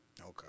Okay